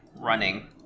running